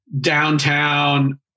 downtown